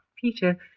Peter